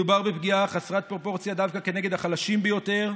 מדובר בפגיעה חסרת פרופורציה דווקא בחלשים ביותר.